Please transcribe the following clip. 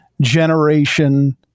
generation